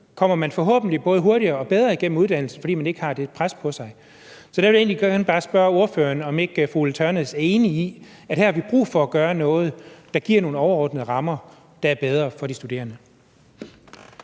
kommer man forhåbentlig både hurtigere og bedre igennem uddannelsen, fordi man ikke har det pres på sig. Så der vil jeg egentlig gerne bare spørge ordføreren, om ikke fru Ulla Tørnæs er enig i, at her har vi brug for at gøre noget, der giver nogle overordnede rammer, der er bedre for de studerende.